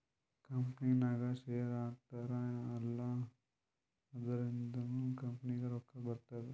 ಕಂಪನಿನಾಗ್ ಶೇರ್ ಹಾಕ್ತಾರ್ ಅಲ್ಲಾ ಅದುರಿಂದ್ನು ಕಂಪನಿಗ್ ರೊಕ್ಕಾ ಬರ್ತುದ್